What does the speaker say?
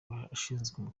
abashinzwe